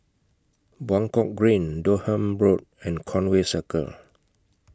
Buangkok Green Durham Road and Conway Circle